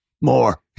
More